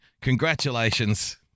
Congratulations